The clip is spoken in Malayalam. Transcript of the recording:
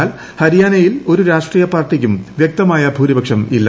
എന്നാൽ ഹരിയാനയിൽ ഒരു ആഷ്ട്രടീയ പാർട്ടിയ്ക്കും വ്യക്തമായ ഭൂരിപക്ഷമില്ല